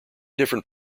different